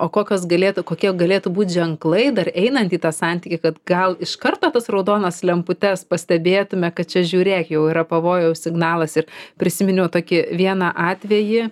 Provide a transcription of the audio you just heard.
o kokios galėtų kokie galėtų būt ženklai dar einant į tą santykį kad gal iš karto tas raudonas lemputes pastebėtume kad čia žiūrėk jau yra pavojaus signalas ir prisiminiau tokį vieną atvejį